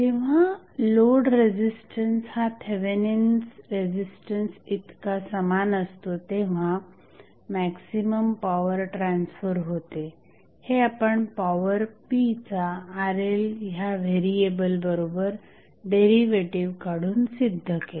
जेव्हा load resistance हा Thevenin's resistance इतका समान असतो तेव्हा मॅक्झिमम पॉवर ट्रान्सफर होते हे आपण पॉवर p चा RL या व्हेरिएबल बरोबर डेरिव्हेटिव्ह काढून सिद्ध केले